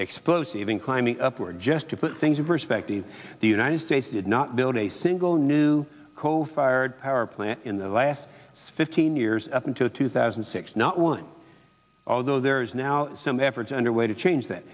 explosive even climbing up were just to put things in perspective the united states did not build a single new coal fired power plant in the last fifteen years up until two thousand and six not one although there is now some efforts underway to change that